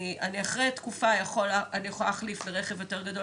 אני אחרי תקופה יכולה להחליף לרכב יותר גדול